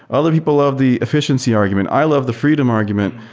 other people love the efficiency argument. i love the freedom argument.